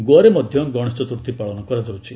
ଗୋଆରେ ମଧ୍ୟ ଗଣେଶ ଚତୁର୍ଥୀ ପାଳନ କରାଯାଉଛି